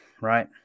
right